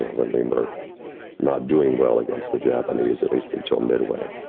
when we were not doing well against the japanese at least until midway.